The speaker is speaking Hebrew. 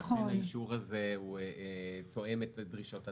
שאכן האישור הזה תואם את דרישות התקנה.